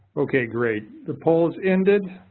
okay, great. the poll is ended.